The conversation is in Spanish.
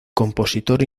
compositor